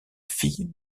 fille